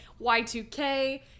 Y2K